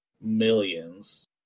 millions